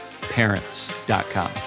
parents.com